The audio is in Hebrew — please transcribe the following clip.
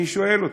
אני שואל אתכם,